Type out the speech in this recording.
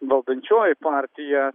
valdančioji partija